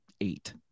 eight